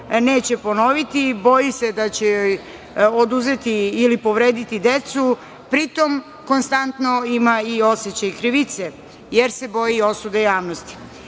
neće ponoviti i boji se da će joj oduzeti ili povrediti decu, a pri tom konstantno ima i osećaj krivice jer se boji osude javnosti.